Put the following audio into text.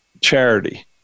Charity